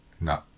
No